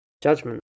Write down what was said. Judgment